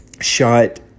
Shot